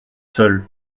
seuls